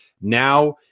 now